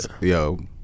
yo